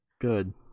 good